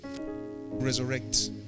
resurrect